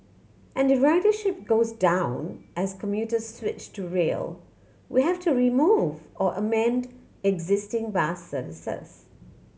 and if ridership goes down as commuters switch to rail we have to remove or amend existing bus services